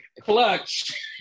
Clutch